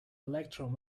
electron